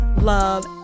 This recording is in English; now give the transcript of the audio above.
love